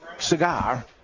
Cigar